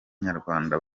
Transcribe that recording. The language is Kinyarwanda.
nyarwanda